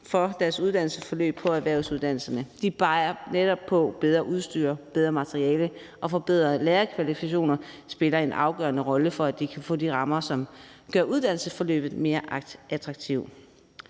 for deres uddannelsesforløb på erhvervsuddannelserne. De peger netop på, at bedre udstyr, bedre materialer og forbedrede lærerkvalifikationer spiller en afgørende rolle for, at de kan få de rammer, som gør uddannelsesforløbet mere attraktivt.